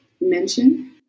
mention